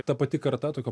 ta pati karta tokio